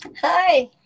Hi